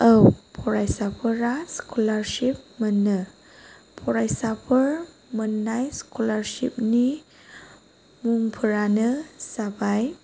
औ फरायसाफोरा स्क'लारसिप मोनो फरायसाफोर मोननाय स्क'लारसिपनि मुंफोरानो जाबाय